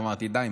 ואמרתי: די,